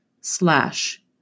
slash